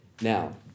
Now